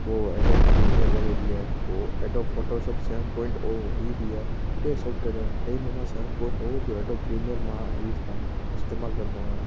उहो Adobe Premiere करे बि आहे पोइ Adobe Photoshop seven point O हीअ बि आहे टे सॉफ्टवेयर आहिनि टे में मां सेवन पॉइंट ओ बि एडोब प्रीमियर मां यूज़ कंदो आहे इस्तेमालु कंदो आहियां